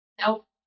Nope